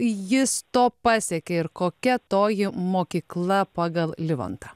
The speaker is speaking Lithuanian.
jis to pasiekė ir kokia toji mokykla pagal livontą